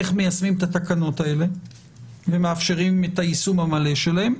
איך מיישמים את התקנות האלה ומאפשרים את היישום המלא שלהן,